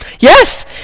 Yes